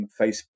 Facebook